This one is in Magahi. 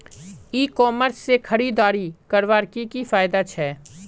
ई कॉमर्स से खरीदारी करवार की की फायदा छे?